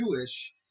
Jewish